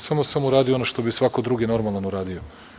Samo sam uradio što bi svako drugi normalan uradio.